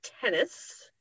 tennis